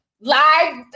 Live